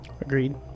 Agreed